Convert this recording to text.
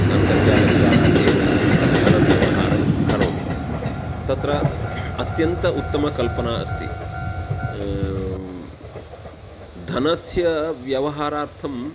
अन्तर्जालद्वारा एव धनव्यवहारं करोमि तत्र अत्यन्त उत्तमकल्पना अस्ति धनस्य व्यवहारार्थं